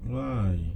why